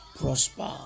prosper